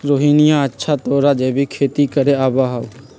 रोहिणीया, अच्छा तोरा जैविक खेती करे आवा हाउ?